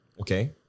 Okay